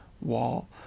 wall